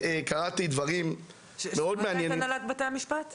קראתי דברים מאוד מעניינים שמעת את הנהלת בתי המשפט?